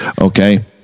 okay